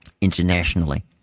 Internationally